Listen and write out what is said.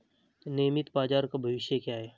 नियमित बाजार का भविष्य क्या है?